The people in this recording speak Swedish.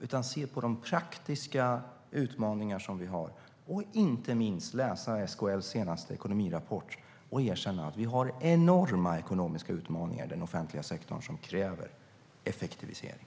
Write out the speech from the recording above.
Man måste se på de praktiska utmaningar som vi har. Inte minst måste man läsa SKL:s senaste ekonomirapport och erkänna att vi har enorma ekonomiska utmaningar i den offentliga sektorn som kräver effektivisering.